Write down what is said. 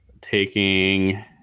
Taking